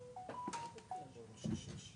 המדינה לא צריכה לשלם את זה.